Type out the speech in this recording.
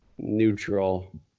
Neutral